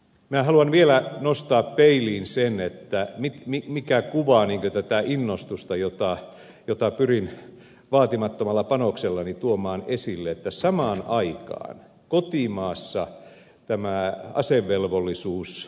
minä haluan vielä nostaa peiliin sen mikä kuvaa tätä innostusta kun pyrin vaatimattomalla panoksellani tuomaan esille että samaan aikaan kotimaassa tämä asevelvollisuus rapautuu